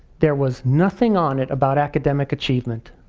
there was nothing on it about academic achievement.